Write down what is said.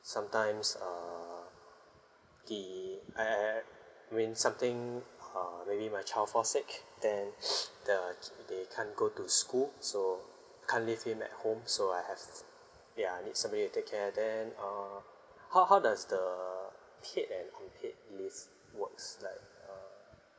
sometimes err the ap~ mean something err maybe my child fall sick then the k~ they can't go to school so can't leave him at home so I have ya I need somebody to take care ah then err how how does the paid and unpaid leave works like err